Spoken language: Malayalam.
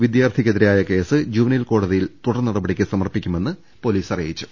വിദ്യാർഥിക്കെ തിരായ കേസ് ജുവനൈൽ കോടതിയിൽ തുടർ നടപ ടിക്ക് സമർപ്പിക്കുമെന്ന് പൊലീസ് അറിയിച്ചു